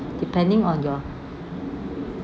depending on your